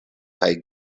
kaj